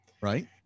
Right